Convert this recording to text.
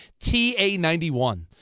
TA91